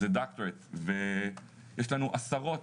זה דוקטורט, ויש לנו עשרות